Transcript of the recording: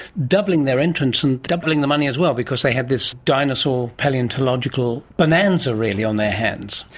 doubling their entrance and doubling the money as well because they had this dinosaur palaeontological bonanza really on their hands.